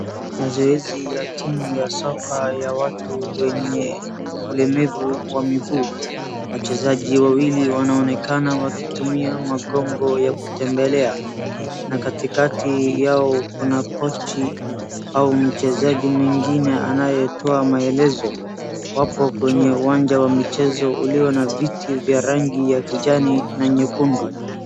Mazoezi ya timu ya soka ya watu wenye ulemavu wa miguu. Wachezaji wawili wanaonekana wakitumia magongo ya kutembelea. Na katikati yao kuna kocha au mchezaji mwingine anayeto maelezo. Wapo kwenye uwanja wa michezo ulio na viti vya rangi ya kijani na nyekundu.